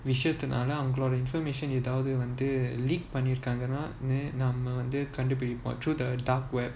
விஷயத்துனால அவங்களோட:vishayathula avangaloda information ஏதாவது வந்து:yethavathu vanthu leak பண்ணிருக்காங்களானு நம்ம வந்து கண்டு புடிப்போம்:pannirukaangalanu kandu pudipom through the dark web